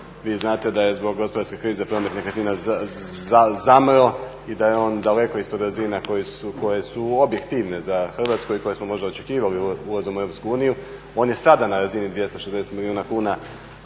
vi znate da je zbog gospodarske krize promet nekretnina zamro i da je on daleko ispod razina koje su objektivne za Hrvatsku i koje smo možda očekivali ulaskom u EU. On je sada na razini 260 milijuna kuna